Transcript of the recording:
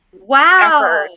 Wow